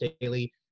daily